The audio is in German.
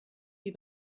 wie